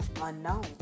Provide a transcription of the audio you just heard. unknown